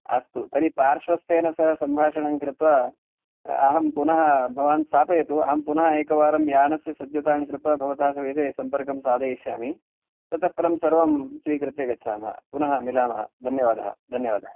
अस्तु तर्हि पार्श्वस्तेन सह सम्भाषणं कृत्वा अहं पुनः भवान् स्थापयतु अहं पुनः एकवारं यानस्य सज्जतां कृत्वा भवता सविधे सम्पर्कं साधयिष्यामि ततः परं सर्वं स्वीकृत्य गच्छामः पुनः मिलामः धन्यवादः धन्यवादः